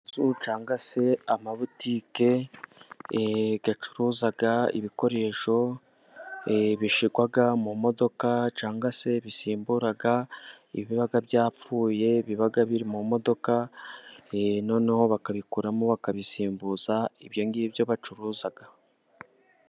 Amazu cyangwa se amabutike, acuruza ibikoresho bishyirwa mu modoka cyangwa se bisimbura ibiba byapfuye, biba biri mu modoka, noneho bakabikuramo bakabisimbuza ibyo ngibyo bacuruza.